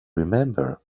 remember